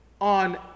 on